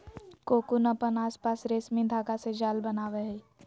cocoon अपन आसपास रेशमी धागा से जाल बनावय हइ